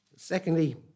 Secondly